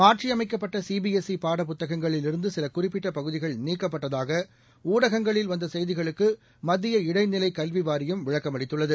மாற்றியமைக்கப்பட்டசிபிஎஸ்ஈபாடப் புத்தகங்களிலிருந்துசிலகுறிப்பிட்டபகுதிகள் நீக்கப்பட்டதாக்ஷடகங்களில் வந்தசெய்திகளுக்குமத்திய இடைநிலைகல்விவாரியம் விளக்கமளித்துள்ளது